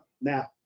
Now